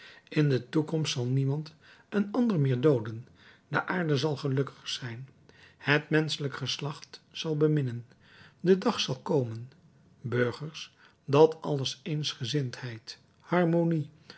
in de toekomst zal niemand een ander meer dooden de aarde zal gelukkig zijn het menschelijk geslacht zal beminnen de dag zal komen burgers dat alles eensgezindheid harmonie